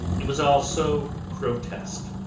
it was all so grotesque,